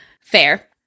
Fair